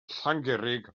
llangurig